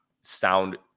sound